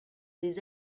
des